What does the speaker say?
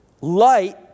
Light